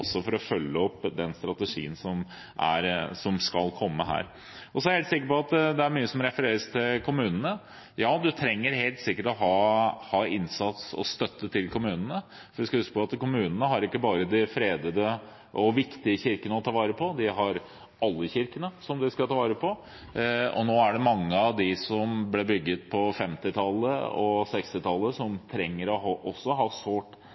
for å følge opp strategien som skal komme. Det refereres mye til kommunene. Ja, vi trenger helt sikkert å ha innsats og støtte til kommunene. Vi skal huske på at kommunene ikke bare har de fredede og viktige kirkene å ta vare på, de har alle kirkene de skal ta vare på. Nå er det mange av dem som ble bygget på 1950- og 1960-tallet, som også sårt trenger vedlikehold. Mye av innsatsen kommunene har, må også